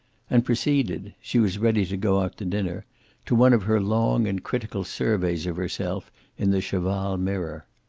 and proceeded she was ready to go out to dinner to one of her long and critical surveys of herself in the cheval mirror.